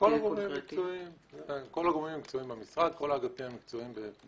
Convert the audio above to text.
כל הגורמים המקצועיים במשרד, כל האגפים המקצועיים.